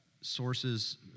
sources